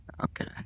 Okay